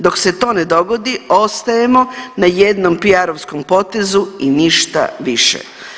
Dok se to ne dogodi ostajemo na jednom PR-ovskom potezu i ništa više.